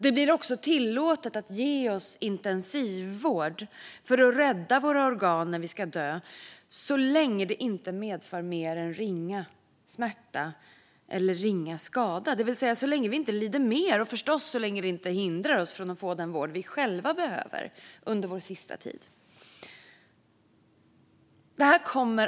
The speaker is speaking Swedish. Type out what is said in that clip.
Det blir också tillåtet att ge oss intensivvård för att rädda våra organ när vi ska dö, så länge det inte medför mer än ringa smärta eller ringa skada - det vill säga så länge vi inte lider mer och, förstås, så länge det inte hindrar oss från att få den vård vi själva behöver under vår sista tid.